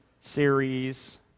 series